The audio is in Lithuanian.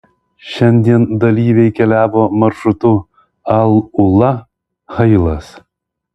šiandien dalyviai keliavo maršrutu al ula hailas